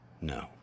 No